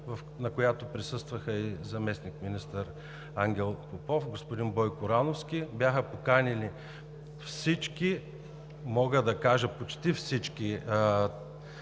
на която присъства и заместник-министър Ангел Попов, и господин Бойко Рановски, бяха поканени всички, мога да кажа – почти всички,